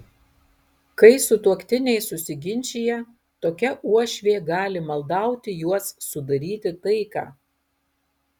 kai sutuoktiniai susiginčija tokia uošvė gali maldauti juos sudaryti taiką